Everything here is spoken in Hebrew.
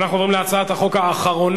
אפשר לצרף